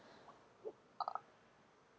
uh